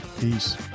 Peace